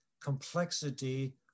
complexity